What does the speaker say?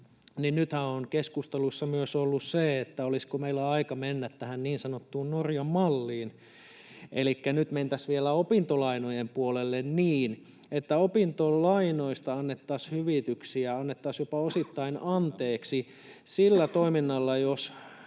Nythän on keskusteluissa myös ollut se, että olisiko meillä aika mennä tähän niin sanottuun Norjan malliin. Elikkä nyt mentäisiin vielä opintolainojen puolelle niin, että opintolainoista annettaisiin hyvityksiä, annettaisiin jopa osittain anteeksi, sillä toiminnalla jos